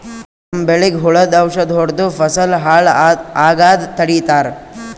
ನಮ್ಮ್ ಬೆಳಿಗ್ ಹುಳುದ್ ಔಷಧ್ ಹೊಡ್ದು ಫಸಲ್ ಹಾಳ್ ಆಗಾದ್ ತಡಿತಾರ್